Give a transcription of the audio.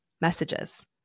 messages